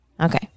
Okay